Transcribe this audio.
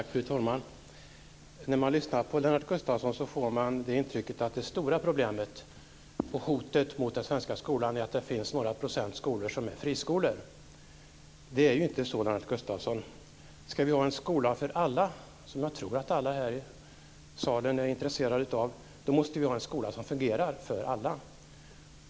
Fru talman! När man lyssnar på Lennart Gustavsson får man det intrycket att det stora problemet i den svenska skolan och hotet mot den är att det finns några procent skolor som är friskolor. Det är ju inte så, Lennart Gustavsson. Ska vi ha en skola för alla, som jag tror att alla här i salen är intresserade av, då måste vi ha skola som fungerar för alla.